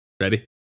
ready